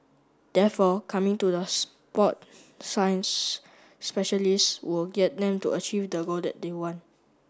therefore coming to the sport science specialist will get them to achieve the goal that they want